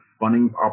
funding